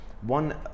one